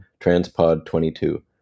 TRANSPOD22